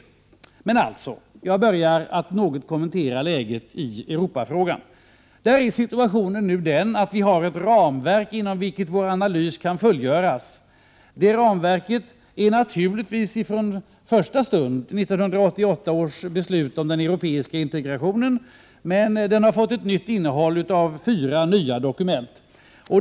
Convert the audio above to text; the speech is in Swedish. Men alltså, jag börjar med att något kommentera läget i Europafrågan. Där är situationen nu den att vi har ett ramverk inom vilket vår analys kan fullgöras. Det ramverket finns naturligtvis från första stund, från 1988 års beslut om den europeiska integrationen, men det har fått ett nytt innehåll av fyra nya dokument.